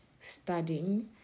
studying